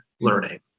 learning